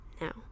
now